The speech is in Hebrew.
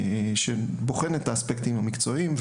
שבוחנת את האספקטים המקצועיים.